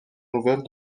nouvelle